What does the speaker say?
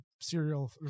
serial